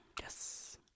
Yes